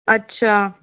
अच्छा